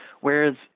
Whereas